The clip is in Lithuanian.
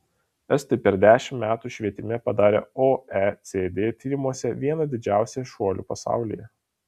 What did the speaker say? estai per dešimt metų švietime padarė oecd tyrimuose vieną didžiausių šuolių pasaulyje